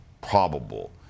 probable